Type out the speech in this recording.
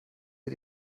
sie